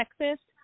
Texas